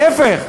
להפך,